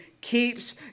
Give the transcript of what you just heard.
keeps